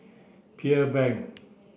Pearl Bank